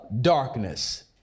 darkness